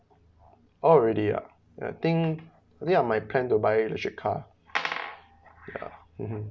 orh really uh I think I think uh my plan to buy electric car ya mmhmm